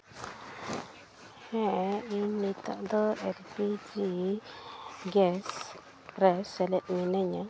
ᱦᱮᱸ ᱤᱧ ᱱᱤᱛᱳᱜ ᱫᱚ ᱮᱞ ᱯᱤ ᱡᱤ ᱜᱮᱥ ᱨᱮ ᱥᱮᱞᱮᱫ ᱢᱤᱱᱟᱹᱧᱟ